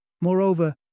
Moreover